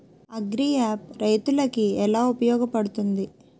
Agri app రైతులకి ఏలా ఉపయోగ పడుతుంది?